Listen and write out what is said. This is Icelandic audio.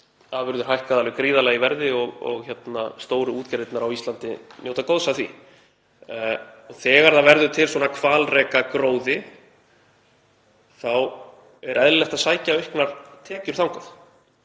hækkað alveg gríðarlega í verði og stóru útgerðirnar á Íslandi njóta góðs af því. Þegar það verður til svona hvalrekagróði þá er eðlilegt að sækja auknar tekjur þangað.